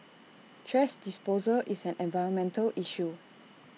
thrash disposal is an environmental issue